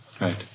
Right